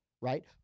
right